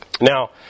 Now